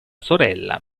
sorella